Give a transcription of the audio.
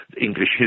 English